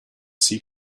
sea